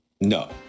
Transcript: No